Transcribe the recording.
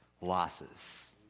losses